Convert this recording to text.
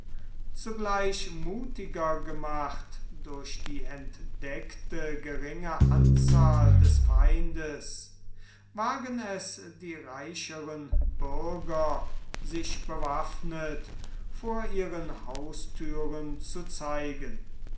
zugleich muthiger gemacht durch die entdeckte geringe anzahl des feindes wagen es die reicheren bürger sich bewaffnet vor ihren hausthüren zu zeigen